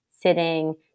sitting